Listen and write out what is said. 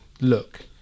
look